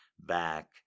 back